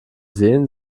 sehen